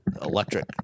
electric